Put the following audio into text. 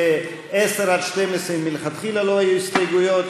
לסעיפים 10 עד 12 מלכתחילה לא היו הסתייגויות,